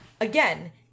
Again